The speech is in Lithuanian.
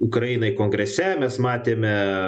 ukrainai kongrese mes matėme